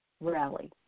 rally